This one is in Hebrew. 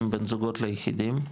הקשישים, בין זוגות ליחידים,